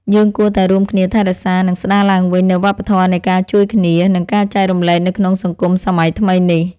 យើងគួរតែរួមគ្នាថែរក្សា និងស្ដារឡើងវិញនូវវប្បធម៌នៃការជួយគ្នា និងការចែករំលែកនៅក្នុងសង្គមសម័យថ្មីនេះ។